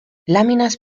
láminas